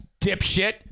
dipshit